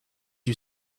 you